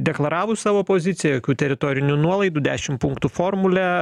deklaravus savo poziciją jokių teritorinių nuolaidų dešim punktų formule